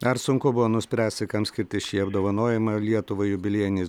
ar sunku buvo nuspręsti kam skirti šį apdovanojimą lietuvai jubiliejiniais